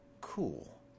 cool